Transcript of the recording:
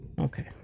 Okay